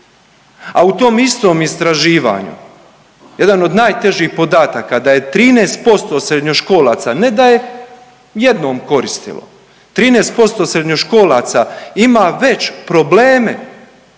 a u tom istom istraživanju jedan od najtežih podataka da je 13% srednjoškolaca ne da je jednom koristilo, 13% srednjoškolaca ima već probleme,